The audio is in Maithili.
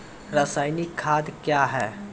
रसायनिक खाद कया हैं?